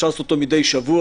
אפשר לעשות אותו מדי שבוע.